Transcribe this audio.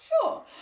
sure